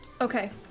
Okay